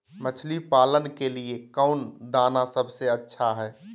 मछली पालन के लिए कौन दाना सबसे अच्छा है?